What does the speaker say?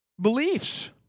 beliefs